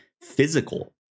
physical